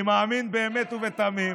אני מאמין באמת ובתמים,